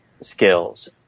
skills